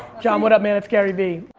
john, what up man, it's garyvee.